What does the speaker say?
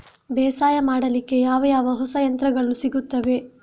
ಬೇಸಾಯ ಮಾಡಲಿಕ್ಕೆ ಯಾವ ಯಾವ ಹೊಸ ಯಂತ್ರಗಳು ಸಿಗುತ್ತವೆ?